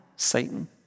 satan